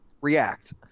react